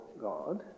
God